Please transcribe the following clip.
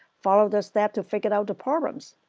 follow the steps to figure out the problems.